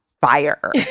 fire